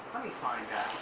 me find